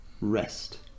rest